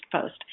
post